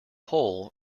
hole